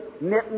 knitting